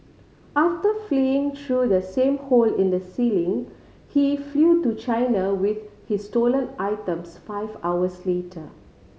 after fleeing through the same hole in the ceiling he flew to China with his stolen items five hours later